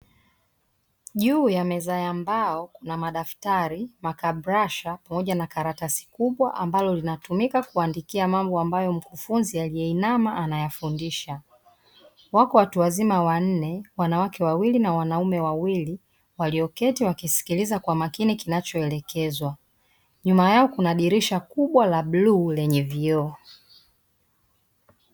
Juu ya meza ya mbao na madaftari, makabrasha pamoja na karatasi kubwa ambalo linatumika kuandikia mambo ambayo mwanafunzi aliye inama anayafundisha. Wako watu wazima wanne wanawake wawili na wanaume wawili walioketi wakisilikiza kwa makini kinacho elekezwa . Nyuma yao kuna dirisha kubwa la bluu lenye vioo.